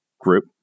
group